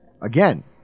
Again